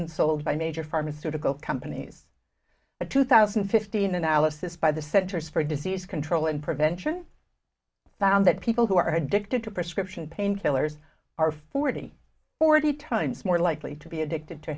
sold by major pharmaceutical companies a two thousand and fifteen analysis by the centers for disease control and prevention found that people who are addicted to prescription painkillers are forty forty times more likely to be addicted to